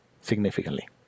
significantly